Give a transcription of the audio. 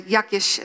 jakieś